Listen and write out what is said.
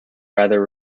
rather